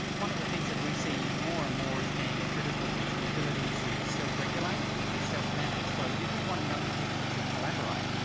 one of the things that we see more and more as being critical is the ability to self-regulate and self-manage. so if we want young people to collaborate,